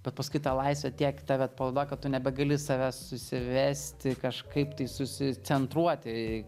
bet paskui ta laisvė tiek tave atpalaiduoja kad tu nebegali savęs susivesti kažkaip tai susi centruoti